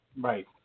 Right